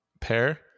Pair